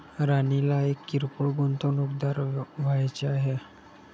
राणीला एक किरकोळ गुंतवणूकदार व्हायचे आहे